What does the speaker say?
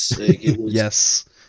Yes